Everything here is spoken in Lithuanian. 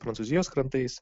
prancūzijos krantais